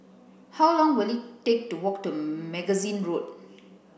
how long will it take to walk to Magazine Road